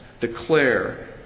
declare